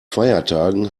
feiertagen